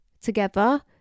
together